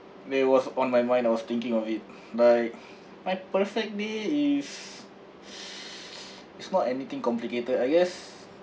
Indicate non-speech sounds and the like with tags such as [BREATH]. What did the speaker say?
that was on my mind I was thinking of it like my perfect day is [BREATH] it's not anything complicated I guess